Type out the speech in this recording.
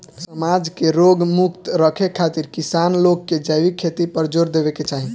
समाज के रोग मुक्त रखे खातिर किसान लोग के जैविक खेती पर जोर देवे के चाही